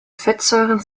fettsäuren